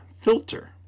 Filter